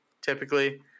typically